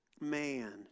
man